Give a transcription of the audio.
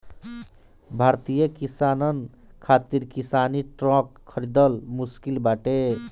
भारतीय किसानन खातिर किसानी ट्रक खरिदल मुश्किल बाटे